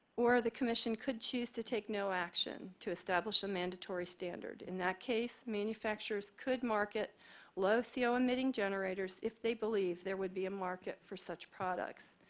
or the commission could choose to take no action to establish a mandatory standard. in that case, manufacturers could market low co-emitting generators if they believe there would be a market for such products.